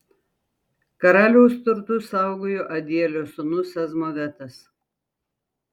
karaliaus turtus saugojo adielio sūnus azmavetas